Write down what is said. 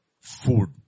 food